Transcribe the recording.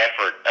effort